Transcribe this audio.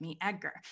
Edgar